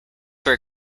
were